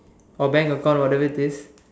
or bank account or whatever it is